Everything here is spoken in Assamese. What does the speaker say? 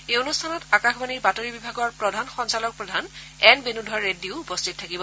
এই অনুষ্ঠানত আকাশবাণীৰ বাতৰি বিভাগৰ প্ৰধান সঞ্চালকপ্ৰধান এন বেণুধৰ ৰেড্ডীও উপস্থিত থাকিব